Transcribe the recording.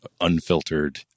unfiltered